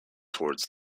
towards